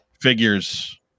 figures